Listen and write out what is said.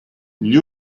gli